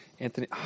Anthony